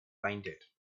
blinded